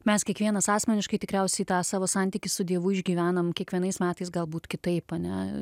mes kiekvienas asmeniškai tikriausiai tą savo santykį su dievu išgyvenam kiekvienais metais galbūt kitaip ane